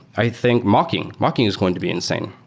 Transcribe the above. i think mocking mocking is going to be insane.